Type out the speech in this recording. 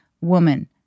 woman